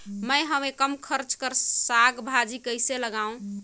मैं हवे कम खर्च कर साग भाजी कइसे लगाव?